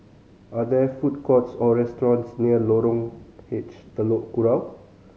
are there food courts or restaurants near Lorong H Telok Kurau